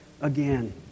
again